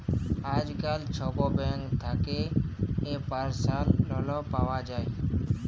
আইজকাল ছব ব্যাংক থ্যাকে পার্সলাল লল পাউয়া যায়